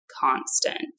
constant